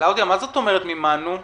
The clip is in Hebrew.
מה זאת אומרת מימנו?